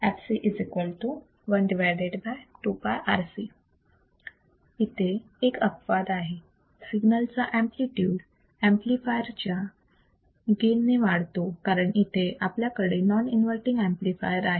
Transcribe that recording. fc 1 2 πRC इथे एक अपवाद आहे सिग्नलचा एम्पलीट्यूड ऍम्प्लिफायर च्या गेन ने वाढतो कारण इथे आपल्याकडे नॉन इन्वर्तींग ऍम्प्लिफायर आहे